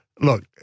Look